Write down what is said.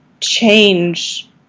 change